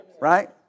Right